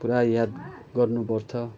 पुरा याद गर्नुपर्छ